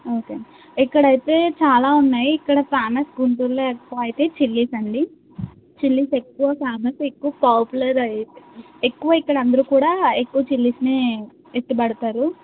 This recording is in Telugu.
ఓకే అండి ఇక్కడ అయితే చాలా ఉన్నాయి ఇక్కడ ఫేమస్ గుంటూర్లో ఎక్కువ అయితే చిల్లీస్ అండి చిల్లీస్ ఎక్కువ ఫేమస్ ఎక్కువ పాపులర్ అయ్యి ఎక్కువ ఇక్కడ అందరు కూడా ఎక్కువ చిల్లిస్నే ఇష్టపడతారు